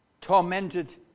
tormented